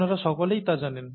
আপনারা সকলেই তা জানেন